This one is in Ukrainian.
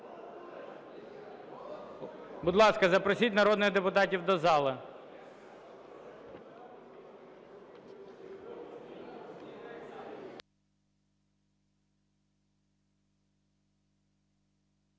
Будь ласка, запросіть народних депутатів до зали.